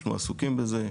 אנחנו עסוקים בזה.